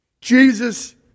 Jesus